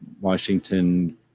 Washington